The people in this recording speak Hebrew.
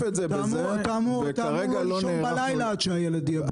אתה אמור לא לישון בלילה עד שהילד יהיה בטוח.